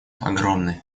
огромны